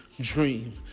Dream